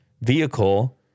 vehicle